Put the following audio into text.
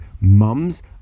mums